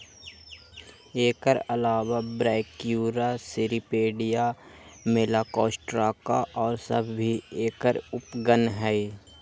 एकर अलावा Brachyura, Cirripedia, Malacostraca और सब भी एकर उपगण हई